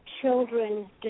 children